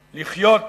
לחיות,